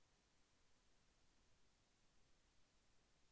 అంతర పంటల వలన లాభాలు ఏమిటి?